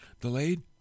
delayed